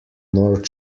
north